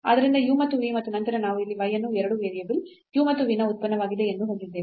ಆದ್ದರಿಂದ u ಮತ್ತು v ಮತ್ತು ನಂತರ ನಾವು ಇಲ್ಲಿ y ಅನ್ನು 2 ವೇರಿಯೇಬಲ್ u ಮತ್ತು v ನ ಉತ್ಪನ್ನವಾಗಿದೆ ಎಂದು ಹೊಂದಿದ್ದೇವೆ